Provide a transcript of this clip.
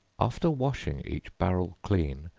after washing each barrel clean,